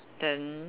then